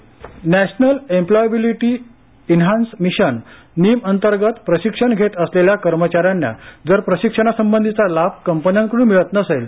PF national employability enhance mission NEEM अंतर्गत प्रशिक्षण घेत असलेल्या कर्मचार्यांना जर प्रशिक्षणासंबधीचा लाभ कंपन्यांकडून मिळत नसेल